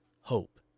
hope